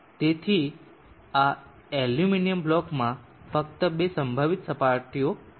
તેથી આ એલ્યુમિનિયમ બ્લોકમાં ફક્ત બે સંભવિત સપાટીઓ છે